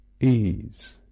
ease